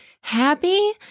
happy